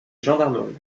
gendarmerie